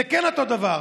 זה כן אותו דבר,